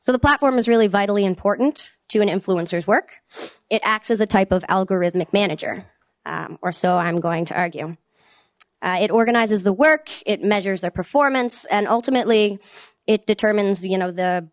so the platform is really vitally important to an influencers work it acts as a type of algorithmic manager or so i'm going to argue it organizes the work it measures their performance and ultimately it determines you know the